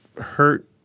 hurt